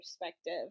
perspective